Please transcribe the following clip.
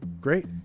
great